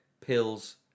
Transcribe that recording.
pills